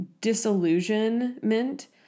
disillusionment